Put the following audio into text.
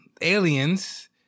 aliens